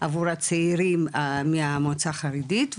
מה שגורם לעלייה חדה בשימוש של בני נוער בדברים האלה,